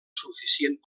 suficient